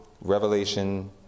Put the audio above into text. Revelation